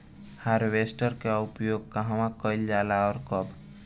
Harvester का उपयोग कहवा कइल जाला और कब?